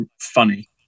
funny